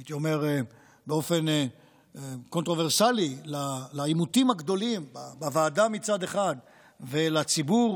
הייתי אומר באופן קונטרוברסלי לעימותים הגדולים בוועדה מצד אחד ולציבור